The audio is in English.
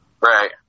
Right